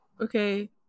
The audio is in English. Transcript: okay